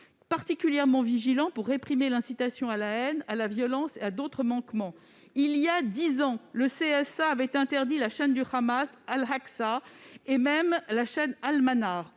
particulièrement vigilant pour réprimer l'incitation à la haine, à la violence ou d'autres manquements. Il y a dix ans, le CSA avait interdit la chaîne du Hamas, Al-Aqsa, et même la chaîne Al-Manar.